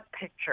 picture